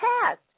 past